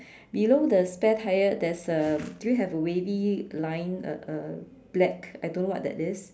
below the spare tyre there's um do we have a wavy line uh uh black I don't know what that is